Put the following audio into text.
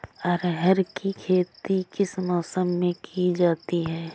अरहर की खेती किस मौसम में की जाती है?